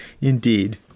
indeed